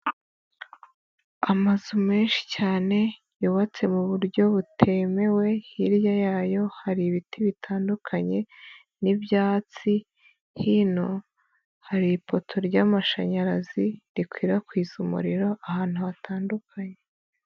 Amazu menshi cyane yubatse mu buryo butemewe, Hirya yayo hari ibiti bitandukanye n'ibyatsi, hino hari ipoto ry'amashanyarazi rikwirakwiza umuriro ahantu hatandukanye.